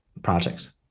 projects